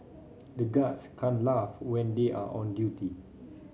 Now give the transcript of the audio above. the guards can't laugh when they are on duty